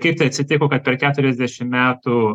kaip taip atsitiko kad per keturiasdešim metų